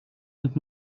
mit